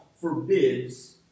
forbids